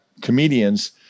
comedians